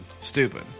Stupid